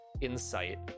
insight